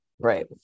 Right